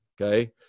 okay